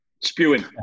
Spewing